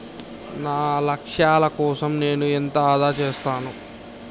నా లక్ష్యాల కోసం నేను ఎంత ఆదా చేస్తాను?